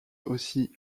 aussi